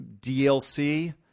DLC